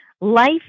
Life